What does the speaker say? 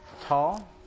tall